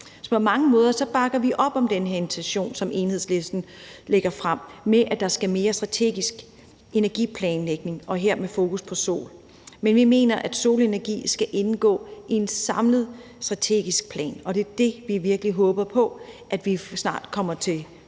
på mange måder bakker vi op om den her intention, som Enhedslisten lægger frem, om, at der skal mere strategisk energiplanlægning og hermed fokus på sol. Men vi mener, at solenergi skal indgå i en samlet strategisk plan, og det er det, vi virkelig håber på at vi snart kommer til